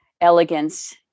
elegance